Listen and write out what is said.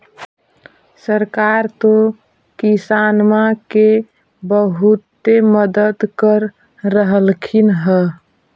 सरकार तो किसानमा के बहुते मदद कर रहल्खिन ह?